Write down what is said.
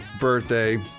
birthday